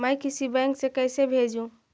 मैं किसी बैंक से कैसे भेजेऊ